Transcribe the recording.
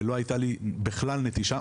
ולא הייתה לי בכלל נטישה.